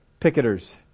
picketers